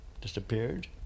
disappeared